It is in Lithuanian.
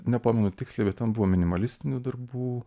nepamenu tiksliai bet ten buvo minimalistinių darbų